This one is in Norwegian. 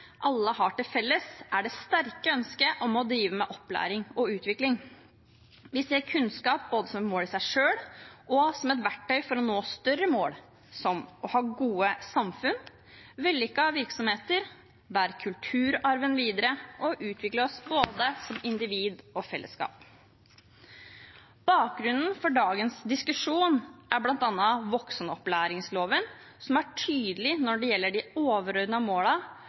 alle har til felles, er det sterke ønsket om å drive med opplæring og utvikling. Vi ser kunnskap både som et mål i seg selv og som et verktøy for å nå større mål som å ha gode samfunn og vellykkede virksomheter, bære kulturarven videre og utvikle oss som både individer og fellesskap. Bakgrunnen for dagens diskusjon er bl.a. voksenopplæringsloven, som er tydelig når det gjelder de